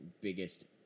biggest